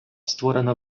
створена